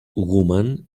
woman